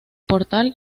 portal